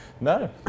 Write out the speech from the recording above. no